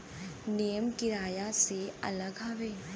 नियम किराया से अलग हउवे